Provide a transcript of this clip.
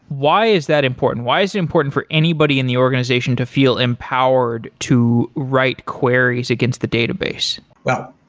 why is that important? why is it important for anybody in the organization to feel empowered to write queries against the database? well,